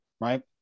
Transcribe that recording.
right